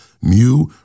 MU